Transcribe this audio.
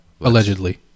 allegedly